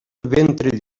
ventre